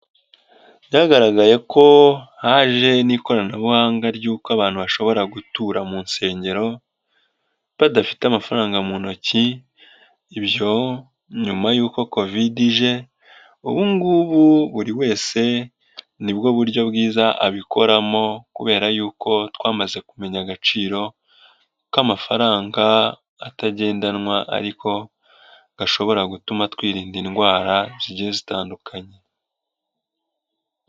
Byagaragaye ko haje n'ikoranabuhanga ry'uko abantu bashobora gutura mu nsengero, badafite amafaranga mu ntoki, nyuma yuko Covid ije. Ubungubu buri wese nibwo buryo bwiza abikoramo kubera yuko twamaze kumenya agaciro k'amafaranga atagendanwa ariko gashobora gutuma twirinda indwara zigiye zitandukanye.